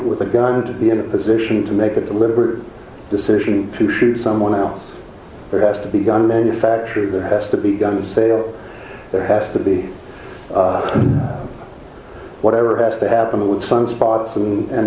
with a gun to be in a position to make a deliberate decision to shoot someone else there has to be a gun manufacturer there has to be gun sale there has to be whatever has to happen with some spots and